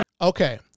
Okay